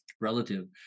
relative